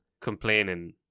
complaining